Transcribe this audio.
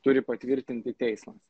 turi patvirtinti teismas